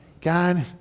God